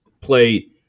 play